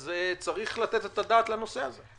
אז צריך לתת את הדעת לנושא הזה.